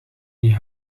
die